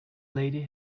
lady